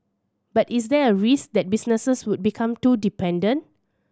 but is there a risk that businesses would become too dependent